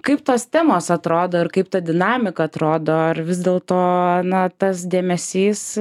kaip tos temos atrodo ir kaip ta dinamika atrodo ar vis dėlto na tas dėmesys